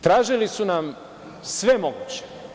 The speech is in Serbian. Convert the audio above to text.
Tražili su nam sve moguće.